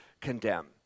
condemn